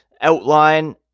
outline